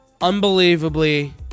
unbelievably